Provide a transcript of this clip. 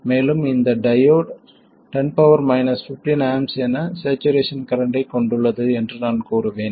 மேலும் இந்த diode 10 15 A என சேச்சுரேசன் கரண்ட்டைக் கொண்டுள்ளது என்று நான் கூறுவேன்